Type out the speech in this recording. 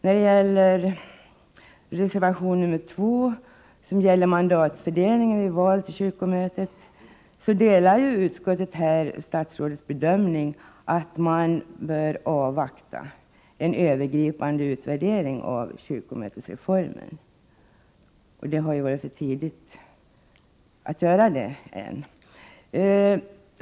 Beträffande reservation 2, som gäller mandatfördelningen vid val till kyrkomötet, delar utskottet statsrådets bedömning att man bör avvakta en övergripande utvärdering av kyrkomötesreformen. Det har hittills varit för tidigt att göra detta.